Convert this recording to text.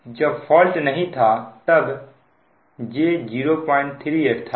कि जब फॉल्ट नहीं था तब j 038 था